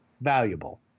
valuable